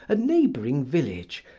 a neighboring village,